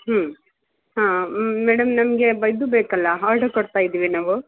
ಹ್ಞೂ ಹಾಂ ಮೇಡಮ್ ನಮಗೆ ಬ ಇದು ಬೇಕಲ್ಲ ಆರ್ಡರ್ ಕೊಡ್ತಾ ಇದ್ವಿ ನಾವು